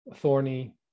thorny